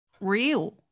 real